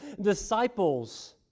disciples